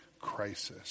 crisis